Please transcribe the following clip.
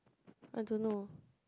I don't know